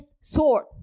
sword